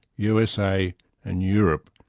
usa and europe.